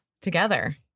together